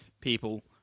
people